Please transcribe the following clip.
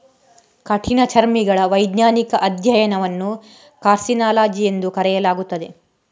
ಕಠಿಣಚರ್ಮಿಗಳ ವೈಜ್ಞಾನಿಕ ಅಧ್ಯಯನವನ್ನು ಕಾರ್ಸಿನಾಲಜಿ ಎಂದು ಕರೆಯಲಾಗುತ್ತದೆ